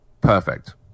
perfect